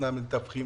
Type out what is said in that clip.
נתנה למתווכים.